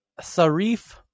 Sarif